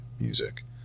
music